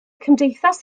cymdeithas